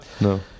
No